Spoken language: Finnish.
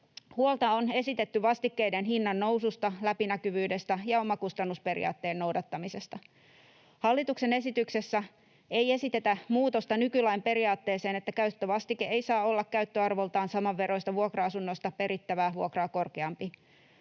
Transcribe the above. Huolta on esitetty vastikkeiden hinnan noususta, läpinäkyvyydestä ja omakustannusperiaatteen noudattamisesta. Hallituksen esityksessä ei esitetä muutosta nykylain periaatteeseen, että käyttövastike ei saa olla käyttöarvoltaan samanveroista vuokra-asunnosta perittävää vuokraa korkeampi.